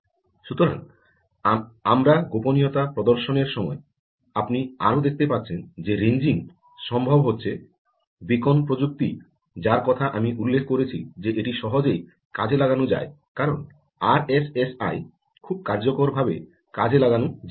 সুতরাং আমরা গোপনীয়তা প্রদর্শনের সময় আপনি আরও দেখতে পাচ্ছেন যে রেঞ্জিং সম্ভব হচ্ছে বেকন প্রযুক্তি যার কথা আমি উল্লেখ করেছি যে এটি সহজেই কাজে লাগানো যায় কারণ আরএসএসআই খুব কার্যকরভাবে কাজে লাগানো যেতে পারে